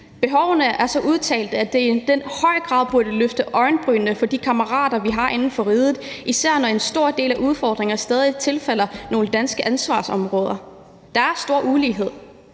Behovene er så udtalte, at det i høj grad burde løfte øjenbrynene for de kammerater, vi har inden for riget – især når en stor del af udfordringerne stadig tilfalder Danmark som ansvarsområder. Der er stor ulighed,